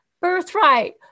birthright